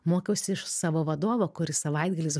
mokiausi iš savo vadovo kuris savaitgalis